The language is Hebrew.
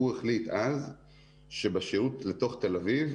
הוא החליט אז שבשירות לתוך תל אביב,